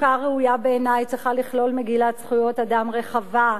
חוקה ראויה בעיני צריכה לכלול מגילת זכויות אדם רחבה,